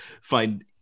find